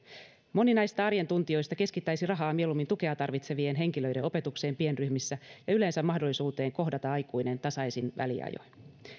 moni näistä arjen tuntijoista keskittäisi rahaa mieluummin tukea tarvitsevien henkilöiden opetukseen pienryhmissä ja yleensä mahdollisuuteen kohdata aikuinen tasaisin väliajoin